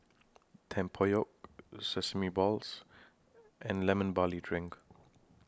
Tempoyak Sesame Balls and Lemon Barley Drink